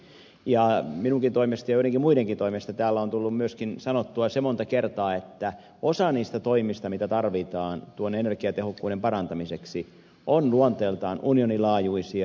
minunkin toimestani ja joidenkin muidenkin toimesta täällä on tullut myöskin sanottua se monta kertaa että osa niistä toimista mitä tarvitaan tuon energiatehokkuuden parantamiseksi on luonteeltaan unioninlaajuisia